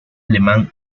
alemán